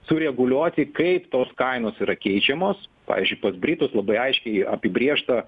sureguliuoti kaip tos kainos yra keičiamos pavyzdžiui pas britus labai aiškiai apibrėžta